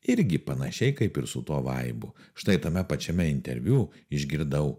irgi panašiai kaip ir su tuo vaibu štai tame pačiame interviu išgirdau